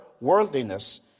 worldliness